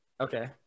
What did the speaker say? Okay